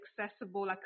accessible